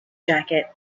jacket